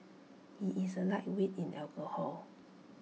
he is A lightweight in alcohol